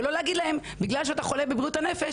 ולא להגיד להם - בגלל שאתה חולה בבריאות הנפש